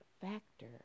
factor